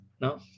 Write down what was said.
no